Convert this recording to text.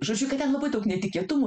žodžiu kad ten labai daug netikėtumų